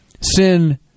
Sin